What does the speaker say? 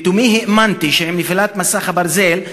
לתומי האמנתי שעם נפילת מסך הברזל,